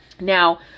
Now